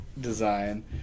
design